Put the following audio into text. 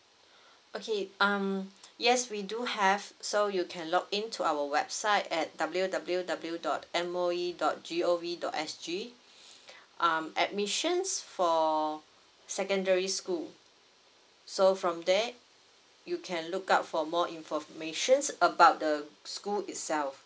okay um yes we do have so you can log in to our website at W W W dot M O E dot G O V dot S G um admissions for secondary school so from there you can look up for more informations about the school itself